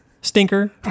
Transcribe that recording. Stinker